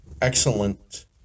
Excellent